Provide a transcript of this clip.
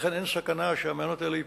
ולכן אין סכנה שהמעיינות האלה ייפגעו.